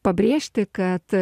pabrėžti kad